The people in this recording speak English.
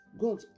God